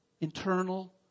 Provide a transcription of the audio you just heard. internal